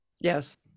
yes